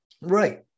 Right